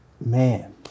Man